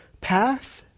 path